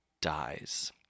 dies